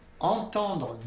entendre